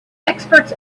experts